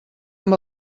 amb